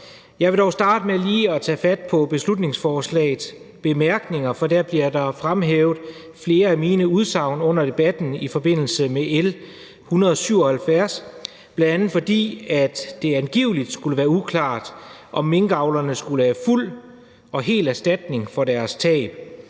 Jeg vil dog starte med lige at tage fat på beslutningsforslagets bemærkninger, for flere af mine udsagn under debatten bliver fremhævet i forbindelse med L 77, bl.a. fordi det angivelig skulle være uklart, om minkavlerne skulle have fuld og hel erstatning for deres tab.